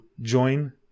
join